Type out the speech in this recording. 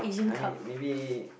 I mean maybe